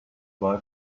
boy